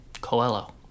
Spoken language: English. coelho